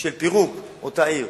של פירוק אותה עיר